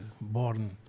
born